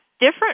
different